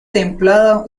templado